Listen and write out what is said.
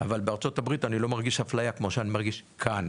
אבל בארצות הברית אני לא מרגיש אפליה כמו שאני מרגיש כאן.